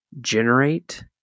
generate